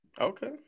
Okay